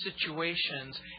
situations